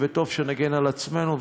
וטוב שנגן על עצמנו,